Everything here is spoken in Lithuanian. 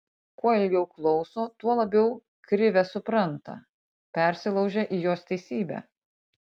kuo ilgiau klauso tuo labiau krivę supranta persilaužia į jos teisybę